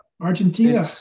argentina